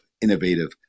innovative